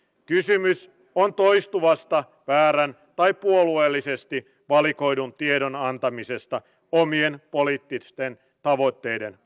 kysymys on toistuvasta väärän tai puolueellisesti valikoidun tiedon antamisesta omien poliittisten tavoitteiden